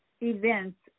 events